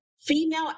female